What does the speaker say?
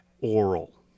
oral